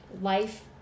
life